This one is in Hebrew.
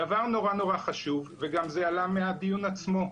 דבר נורא נורא חשוב, וזה גם עלה מהדיון עצמו,